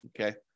Okay